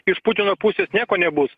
iš putino pusės nieko nebus